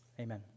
Amen